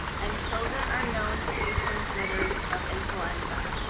and children are known to be transmitters of influenza.